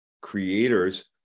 creators